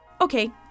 Okay